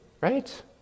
right